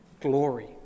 glory